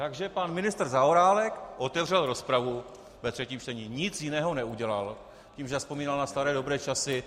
Takže pan ministr Zaorálek otevřel rozpravu ve třetím čtení, nic jiného neudělal tím, že zavzpomínal na staré dobré časy.